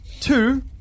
two